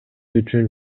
үчүн